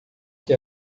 que